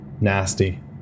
nasty